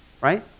right